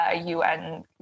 UN